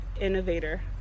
innovator